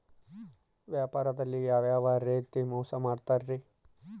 ವ್ಯಾಪಾರದಲ್ಲಿ ಯಾವ್ಯಾವ ರೇತಿ ಮೋಸ ಮಾಡ್ತಾರ್ರಿ?